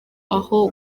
aho